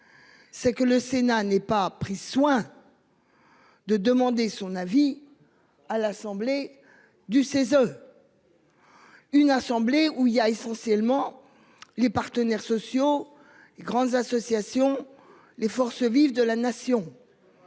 C'est que le Sénat n'ait pas pris soin. De demander son avis à l'assemblée. Du CESE. Une assemblée où il y a essentiellement les partenaires sociaux. Grandes associations les forces vives de la nation.